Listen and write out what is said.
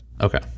Okay